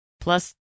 Plus